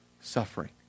suffering